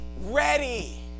ready